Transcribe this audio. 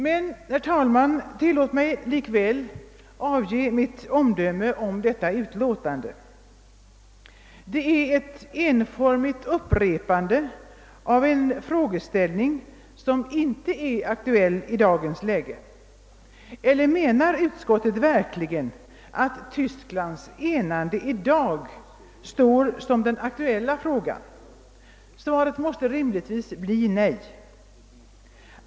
Men, herr talman, tillåt mig likväl avge mitt om döme om utskottets utlåtande. Detta är ett enformigt upprepande av en frågeställning, som inte är aktuell i dagens läge. Eller menar utskottet verkligen, att Tysklands enande i dag framstår som den aktuella frågan? Svaret måste rimligtvis bli nej.